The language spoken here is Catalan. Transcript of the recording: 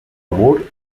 amur